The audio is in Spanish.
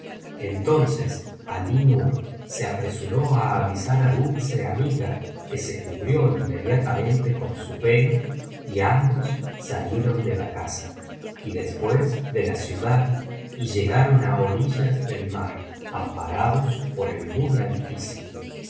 entonces alí nur se apresuró á avisar á dulceamiga que se cubrió inmediatamente con su velo y ambos salieron de la casa y después de la ciudad y llegaron á orillas del mar amparados por el muy altísimo